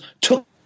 took